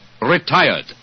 Retired